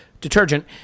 detergent